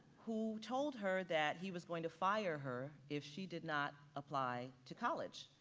who told her that he was going to fire her if she did not apply to college.